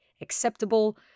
acceptable